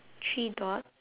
three dogs